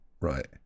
right